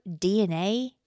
DNA